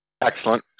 Excellent